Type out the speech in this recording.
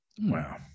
Wow